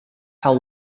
how